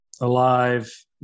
Alive